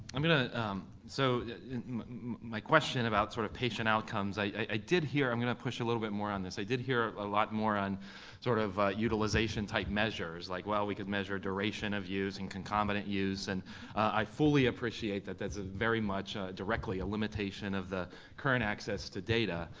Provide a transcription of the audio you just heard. i mean um so my question about sort of patient outcomes, i did hear, i'm gonna push a little bit more on this, i did hear a lot more on sort of utilization-type measures. like well, we could measure duration of use and concomitant use, and i fully appreciate that that's ah very much directly a limitation of the current access to data.